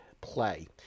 play